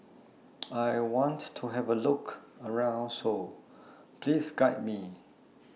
I want to Have A Look around Seoul Please Guide Me